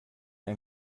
ein